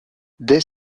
dès